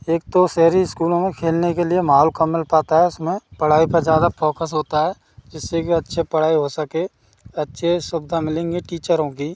एक तो शहरी इस्कूलों में खेलने के लिए माहौल कम मिल पाता है उसमें पढ़ाई पर ज़्यादा फोकस होता है जिससे कि अच्छे पढ़ाई हो सके अच्छे सुविधा मिलेंगे टीचरों की